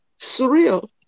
surreal